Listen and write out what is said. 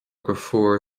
dheirfiúr